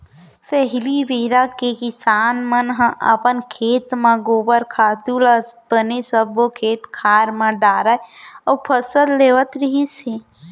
पहिली बेरा के किसान मन ह अपन खेत म गोबर खातू ल बने सब्बो खेत खार म डालय अउ फसल लेवत रिहिस हे